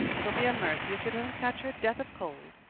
it'll be a mercy if she doesn't catch her death of cold.